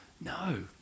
No